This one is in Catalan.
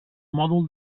mòdul